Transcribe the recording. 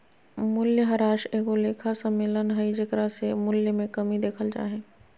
मूल्यह्रास एगो लेखा सम्मेलन हइ जेकरा से मूल्य मे कमी देखल जा हइ